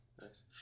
Nice